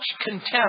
contempt